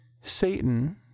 Satan